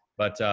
but,